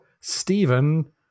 Stephen